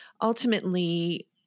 ultimately